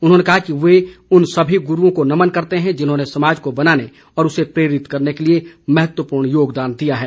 उन्होंने कहा है कि वे उन सभी गुरूओं को नमन करते हैं जिन्होंने समाज को बनाने और उसे प्रेरित करने के लिए महत्वपूर्ण योगदान दिया है